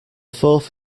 fourth